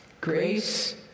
grace